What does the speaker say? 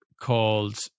called